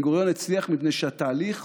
בן-גוריון הצליח מפני שהתהליך